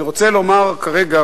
אני רוצה לומר כרגע,